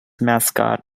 mascot